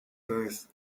birth